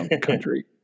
country